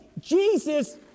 Jesus